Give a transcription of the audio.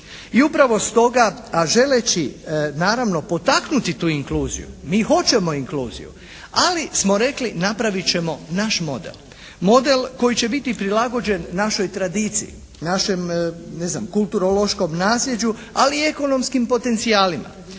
i upravo stoga, a želeći naravno potaknuti tu inkluziju, mi hoćemo inkluziju, ali smo rekli napravit ćemo naš model, model koji će biti prilagođen našoj tradiciji, našem ne znam kulturološkom nasljeđu, ali i ekonomskim potencijalima.